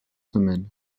semaines